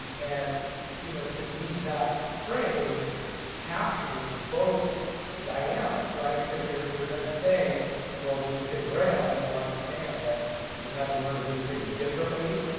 and and you know to me that phrase captures both dynamics, right, because you're you're then saying well when you say braille people understand that you've had to learn to do things differently,